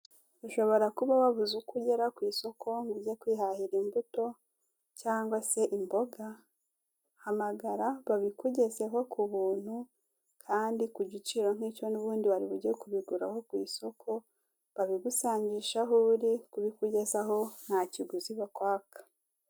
Ushobora kuba wabuze uko ugera ku isoko ngo ujye kwihahira imbuto cyangwa se imboga, hamagara babikugezeho ku buntu kandi ku giciro nk'icyo n'ubundi wari bujye kukigura ku isoko babigusangishe aho uri kubikugezaho ntakiguzi bakwaka.